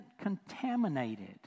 contaminated